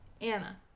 Anna